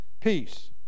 Peace